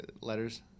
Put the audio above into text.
Letters